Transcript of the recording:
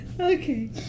Okay